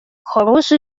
хороше